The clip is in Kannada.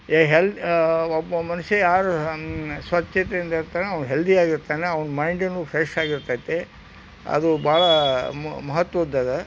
ಏ ಹೆಲ್ ಒಬ್ಬ ಮನುಷ್ಯ ಯಾರು ಸ್ವಚ್ಛತೆಯಿಂದ ಇರ್ತಾನೋ ಅವ್ನು ಹೆಲ್ದಿಯಾಗಿರ್ತಾನೆ ಅವ್ನ ಮೈಂಡೂನು ಫ್ರೆಶ್ಶಾಗಿರ್ತೈತಿ ಅದು ಭಾಳ ಮಹತ್ವದ್ದದ